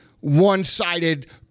one-sided